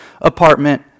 apartment